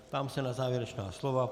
Ptám se na závěrečná slova.